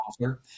author